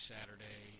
Saturday